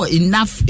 enough